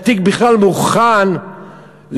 עד שהתיק בכלל מוכן לוועדה.